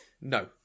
No